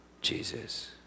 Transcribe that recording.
Jesus